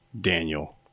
Daniel